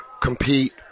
compete